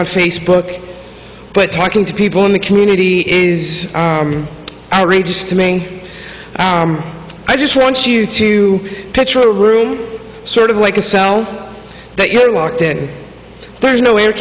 on facebook but talking to people in the community is outrageous to me i just want you to picture a room sort of like a cell that you're locked in there's no air